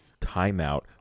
Timeout